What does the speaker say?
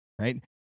Right